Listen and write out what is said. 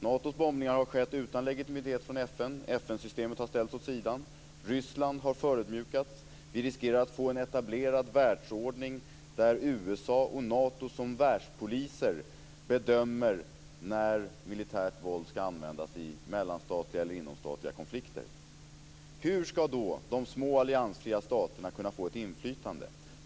Natos bombningar har skett utan legitimitet från FN. FN-systemet har ställts åt sidan. Ryssland har förödmjukats. Vi riskerar att få en etablerad världsordning där USA och Nato som världspoliser bedömer när militärt våld skall användas i mellanstatliga eller inomstatliga konflikter. Hur skall då de små alliansfria staterna kunna få ett inflytande?